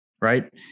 right